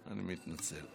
אני מתנצל.